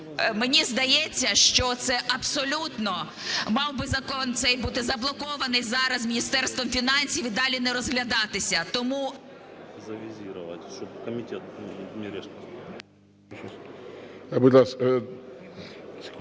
Мені здається, що це абсолютно мав би закон цей бути заблокований зараз Міністерством фінансів і далі не розглядатися. Тому...